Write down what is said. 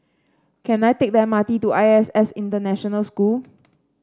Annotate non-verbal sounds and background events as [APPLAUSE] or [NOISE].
can I take the M R T to I S S International School [NOISE]